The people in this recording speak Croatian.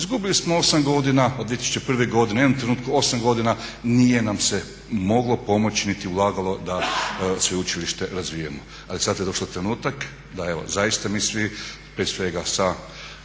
izgubili smo 8 godina od 2001.godine, u jednom trenutku 8 godina nije nam se moglo pomoći niti ulagalo da sveučilište razvijamo, ali sad je došao trenutak da evo zaista mi svi prije svega sa